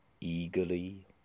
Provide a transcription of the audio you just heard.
Eagerly